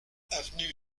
avenue